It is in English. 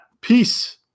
peace